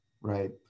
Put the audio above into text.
right